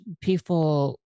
people